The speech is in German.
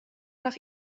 nach